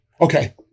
Okay